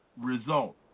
result